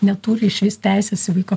neturi išvis teisės į vaiko